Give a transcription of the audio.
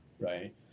right